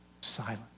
silent